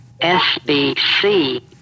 SBC